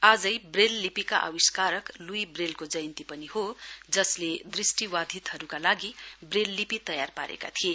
आजै ब्रैल लिपिका आविस्कारक ल्ई ब्रेलको जयन्ती पनि हो जसले दृष्टि वाधितहरूका लागि ब्रेल लिपि तयार पारेका थिए